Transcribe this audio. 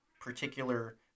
particular